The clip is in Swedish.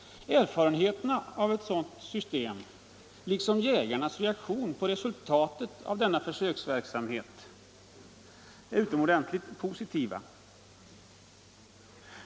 Erfarenheterna av ett sådant system liksom jägarnas reaktion på resultatet av försöksverksamheten är utomordentligt positiva.